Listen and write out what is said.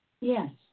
Yes